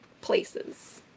places